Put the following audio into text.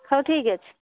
ହଉ ଠିକ୍ ଅଛି